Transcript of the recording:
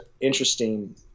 interesting